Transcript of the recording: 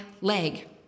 leg